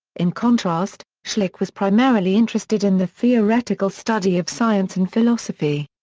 in contrast, schlick was primarily interested in the theoretical study of science and philosophy.